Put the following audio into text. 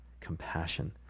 compassion